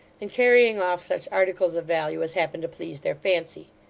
and carrying off such articles of value as happened to please their fancy.